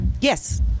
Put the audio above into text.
Yes